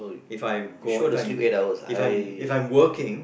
If I go if I'm if I'm if I'm working